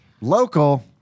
Local